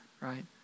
right